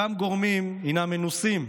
אותם גורמים הינם מנוסים,